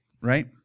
right